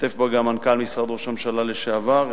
משתתף בה גם מנכ"ל משרד ראש הממשלה לשעבר,